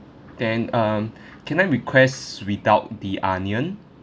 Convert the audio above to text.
then um can I request without the onion